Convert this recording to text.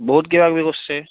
বহুত কিবা কিবি কৰিছে